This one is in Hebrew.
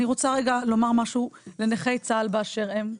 אני רוצה לומר משהו לנכי צה"ל באשר הם,